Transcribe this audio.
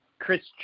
Chris